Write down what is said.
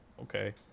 okay